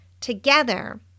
Together